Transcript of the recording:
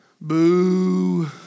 Boo